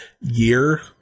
year